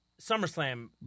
SummerSlam